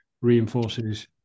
reinforces